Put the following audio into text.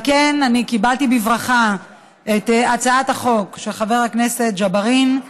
על כן קיבלתי בברכה את הצעת החוק של חבר הכנסת ג'בארין,